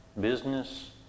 business